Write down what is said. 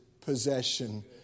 possession